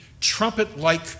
trumpet-like